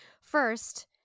First